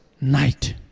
night